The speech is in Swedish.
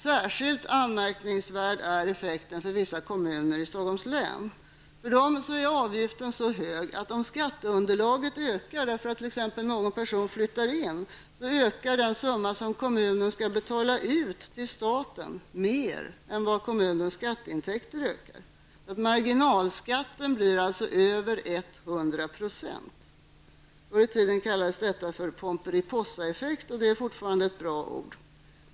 Särskilt anmärkningsvärd är effekten för vissa kommuner i Stockholms län. För dem är avgiften så hög att om skatteunderlaget ökar, t.ex. därför att någon person flyttar in, så ökar den summa som kommunen skall betala ut till staten mer än kommunens skatteintäkter ökar. Marginalskatten blir över 100 %. Förr i tiden kallades detta för Pomperipossa-effekten. Det är fortfarande ett bra ord.